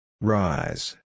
Rise